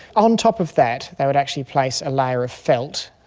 on top of that they would actually place a layer of felt.